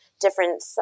different